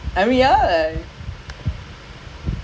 I think he will finish the four before us lah